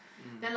mm